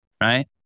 right